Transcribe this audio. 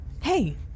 Hey